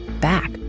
back